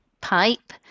pipe